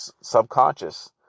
subconscious